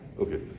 Okay